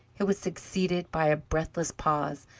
it was succeeded by a breathless pause,